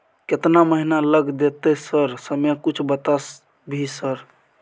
केतना महीना लग देतै सर समय कुछ बता भी सर?